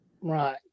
Right